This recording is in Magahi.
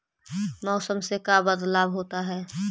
मौसम से का बदलाव होता है?